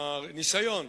הניסיון